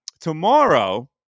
tomorrow